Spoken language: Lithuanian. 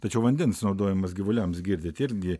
tačiau vandens naudojimas gyvuliams girdyt irgi